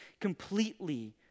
completely